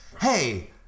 hey